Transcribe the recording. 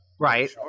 right